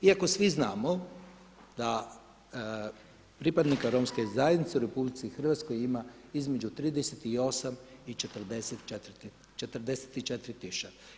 Iako svi znamo da pripadnika Romske zajednice u RH ima između 38 i 44 tisuće.